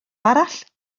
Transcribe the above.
arall